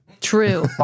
True